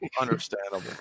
understandable